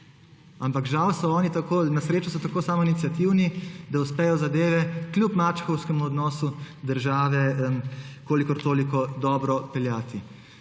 Ampak na srečo so tako samoiniciativni, da uspejo zadeve kljub mačehovskem odnosu države kolikor toliko dobro peljati.